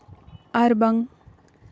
ᱟᱨ ᱵᱟᱝ